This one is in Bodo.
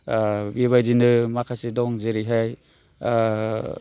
बेबायदिनो माखासे दं जेरैहाय